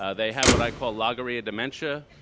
ah they have what i call logorrhea dementia,